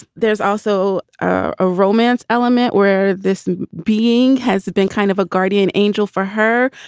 there's also a romance element where this being has been kind of a guardian angel for her,